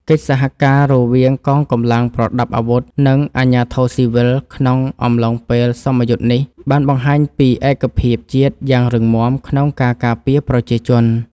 កិច្ចសហការរវាងកងកម្លាំងប្រដាប់អាវុធ និងអាជ្ញាធរស៊ីវិលក្នុងអំឡុងពេលសមយុទ្ធនេះ បានបង្ហាញពីឯកភាពជាតិយ៉ាងរឹងមាំក្នុងការការពារប្រជាជន។